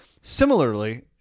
Similarly